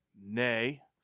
Nay